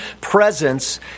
presence